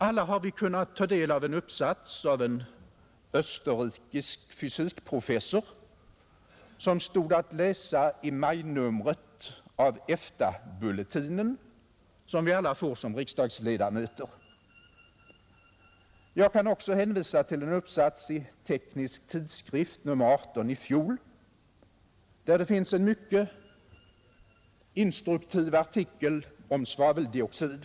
Alla har vi kunnat ta del av en uppsats av en österrikisk fysikprofessor, som stod att läsa i majnumret av Efta-Bulletin, som vi får i egenskap av riksdagsledamöter. Jag kan också hänvisa till en uppsats i Teknisk tidskrift nr 18 i fjol, där det finns en mycket instruktiv artikel om svaveldioxid.